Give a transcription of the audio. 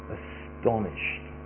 astonished